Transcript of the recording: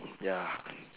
ya